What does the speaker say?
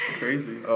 crazy